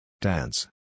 Dance